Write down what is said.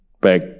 back